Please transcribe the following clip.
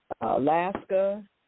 Alaska